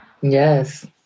Yes